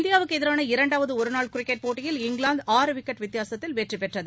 இந்தியாவுக்கு எதிரான இரண்டாவது ஒருநாள் கிரிக்கெட் போட்டியில் இங்கிலாந்துல் விக்கெட்டு வித்தியாசத்தில் வெற்றி பெற்றது